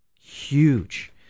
huge